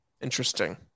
Interesting